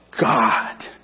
God